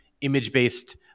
image-based